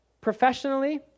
Professionally